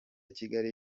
kigali